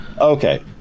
okay